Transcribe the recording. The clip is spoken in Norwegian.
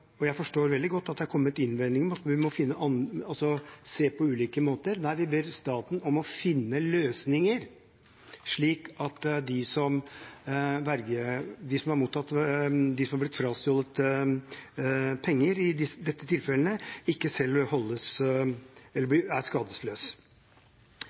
Jeg forstår veldig godt at det har kommet innvendinger om at vi må se på ulike måter. Nei, vi ber staten om å finne løsninger, slik at de som har blitt frastjålet penger i disse tilfellene, holdes skadesløse. Det er et helt åpent hull i vår lovgivning rundt dette,